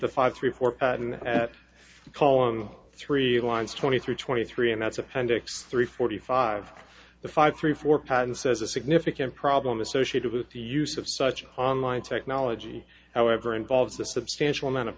the five three four at call on three lines twenty three twenty three and that's appendix three forty five the five three four patent says a significant problem associated with the use of such online technology however involves the substantial amount of